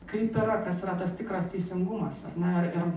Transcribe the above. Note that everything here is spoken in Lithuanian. kaip yra kas yra tas tikras teisingumas ar ne ir ir